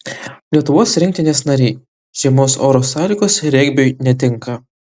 lietuvos rinktinės nariai žiemos oro sąlygos regbiui netinka